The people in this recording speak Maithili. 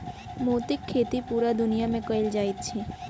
मोतीक खेती पूरा दुनिया मे कयल जाइत अछि